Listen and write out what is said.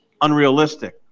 unrealistic